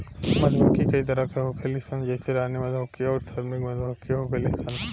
मधुमक्खी कई तरह के होखेली सन जइसे रानी मधुमक्खी अउरी श्रमिक मधुमक्खी होखेली सन